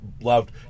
loved